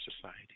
society